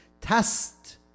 test